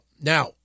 Now